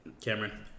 Cameron